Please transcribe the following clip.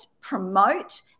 promote